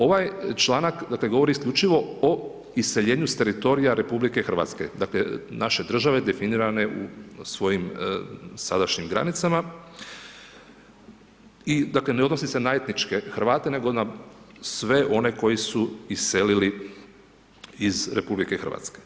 Ovaj članak govori isključivo o iseljenju s teritorija RH, dakle naše države definirane u svojim sadašnjim granicama i dakle ne odnosi se na etničke Hrvate nego na sve one koji su iselili iz RH.